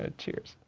ah cheers.